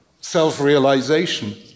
self-realization